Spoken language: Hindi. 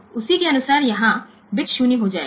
तो उसी के अनुसार यहाँ बिट 0 हो जाएगा